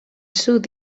sud